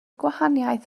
gwahaniaeth